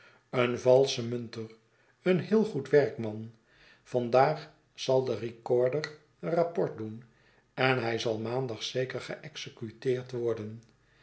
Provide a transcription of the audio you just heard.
een valsche munter een heel goed werkman vandaag zal de recorder rapport doen en hij zal maandag zeker geexecuteerd worden